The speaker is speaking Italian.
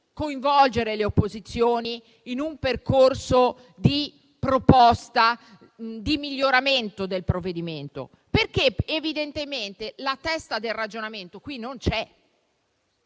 coinvolgere le opposizioni in un percorso di proposta e di miglioramento del provvedimento? Evidentemente la testa del ragionamento qui non c'è.